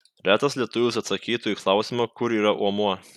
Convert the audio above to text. retas lietuvis atsakytų į klausimą kur yra omuo